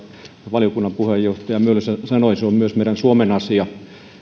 valiokunnan puheenjohtaja mölsä sanoi on myös meidän suomen asia